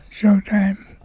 Showtime